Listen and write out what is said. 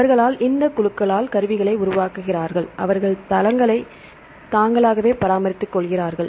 அவர்கள் இந்த குழுக்களால் கருவிகளை உருவாக்குகிறார்கள் அவர்கள் தங்களைத் தாங்களே பராமரித்து கொள்கிறார்கள்